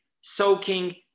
soaking